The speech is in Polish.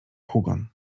hugon